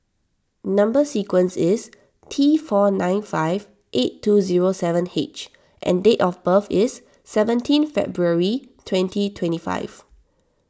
Number Sequence is T four nine five eight two zero seven H and date of birth is seventeenth February twenty twenty five